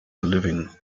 living